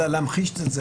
להמחיש את זה